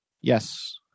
Yes